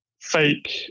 fake